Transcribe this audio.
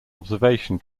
observation